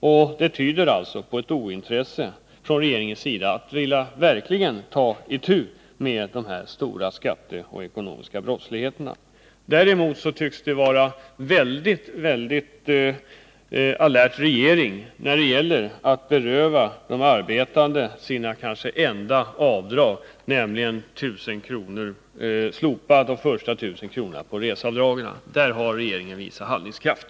Detta tyder på ett ointresse från regeringens sida att verkligen ta itu med den stora skattebrottsligheten och ekonomiska brottsligheten. Däremot tycks det vara en väldigt alert regering när det gäller att beröva de arbetande deras kanske enda avdrag genom att slopa de första 1000 kronorna på reseavdragen. Där har regeringen visat handlingskraft.